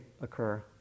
occur